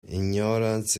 ignorance